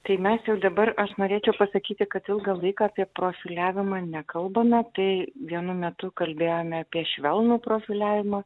tai mes jau dabar aš norėčiau pasakyti kad ilgą laiką apie profiliavimą nekalbame tai vienu metu kalbėjome apie švelnų profiliavimą